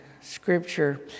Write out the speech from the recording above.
scripture